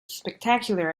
spectacular